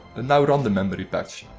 now run the memory patch.